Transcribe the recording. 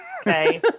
Okay